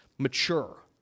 mature